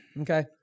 Okay